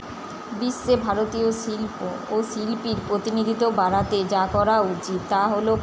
বিশ্বে ভারতীয় শিল্প ও শিল্পীর প্রতিনিধিত্ব বাড়াতে যা করা উচিত তা হলো